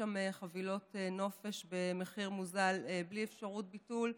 שם חבילות נופש במחיר מוזל בלי אפשרות ביטול,